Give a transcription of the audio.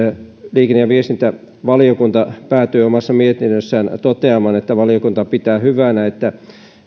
liikenne ja viestintävaliokunta päätyi omassa mietinnössään toteamaan että valiokunta pitää hyvänä että